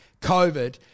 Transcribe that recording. COVID